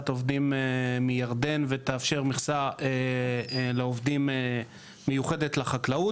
העובדים מירדן ותאפשר מכסה לעובדים מיוחדת לחקלאות,